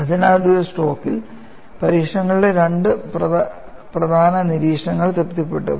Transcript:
അതിനാൽ ഒരു സ്ട്രോക്കിൽ പരീക്ഷണങ്ങളുടെ രണ്ട് പ്രധാന നിരീക്ഷണങ്ങൾ തൃപ്തിപ്പെട്ടു